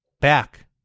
back